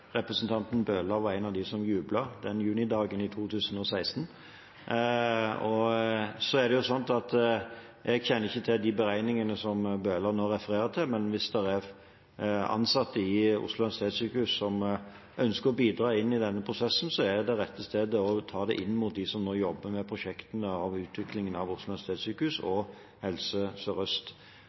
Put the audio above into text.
representanten Bøhler var en av dem som jublet den junidagen i 2016. Jeg kjenner ikke til de beregningene som Bøhler nå refererer til, men hvis det er ansatte ved Oslo universitetssykehus som ønsker å bidra inn i denne prosessen, er det rette stedet å ta det med dem som nå jobber med prosjektene for utviklingen av Oslo universitetssykehus og Helse